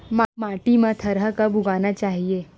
माटी मा थरहा कब उगाना चाहिए?